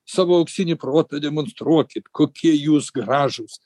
savo auksinį protą demonstruokit kokie jūs gražūs